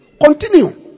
Continue